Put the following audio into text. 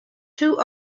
two